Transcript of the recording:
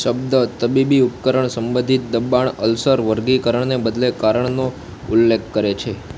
શબ્દ તબીબી ઉપકરણ સંબંધિત દબાણ અલ્સર વર્ગીકરણને બદલે કારણનો ઉલ્લેખ કરે છે